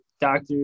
Doctor